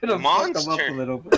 monster